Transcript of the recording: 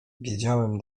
wiedziałem